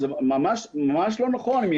זה ממש לא נכון.